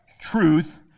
truth